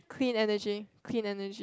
clean energy clean energy